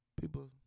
people